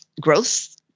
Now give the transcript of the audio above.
growth